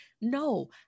No